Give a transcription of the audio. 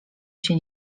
się